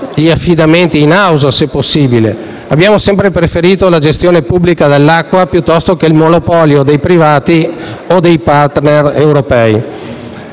gli affidamenti *in house*, se possibile. Abbiamo sempre preferito la gestione pubblica dell'acqua, piuttosto che il monopolio dei privati o dei *partner* europei.